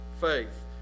faith